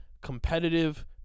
competitive